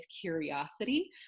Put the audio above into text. curiosity